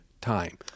time